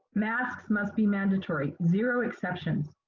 masks must be mandatory, zero exceptions.